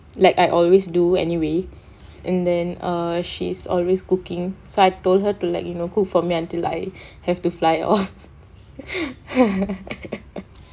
like I always do anyway and then err she's always cooking so I told her to let you know cook for me until I have to fly off